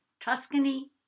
Tuscany